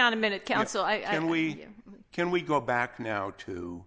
on a minute counsel and we can we go back now to